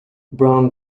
brown